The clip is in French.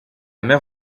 mer